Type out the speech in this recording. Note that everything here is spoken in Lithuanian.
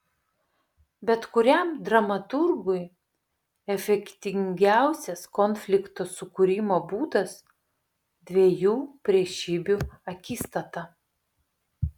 bet kuriam dramaturgui efektingiausias konflikto sukūrimo būdas dviejų priešybių akistata